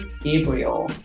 Gabriel